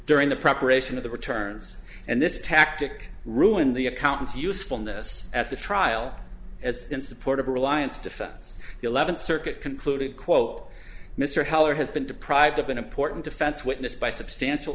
during the preparation of the returns and this tactic ruined the accountant's usefulness at the trial as in support of reliance defense the eleventh circuit concluded quote mr heller has been deprived of an important defense witness by substantial